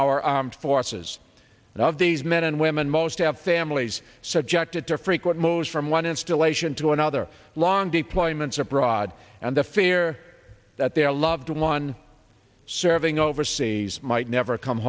our armed forces and of these men and women most have families subjected to frequent moves from one installation to another long deployments abroad and the fear that their loved one serving overseas might never come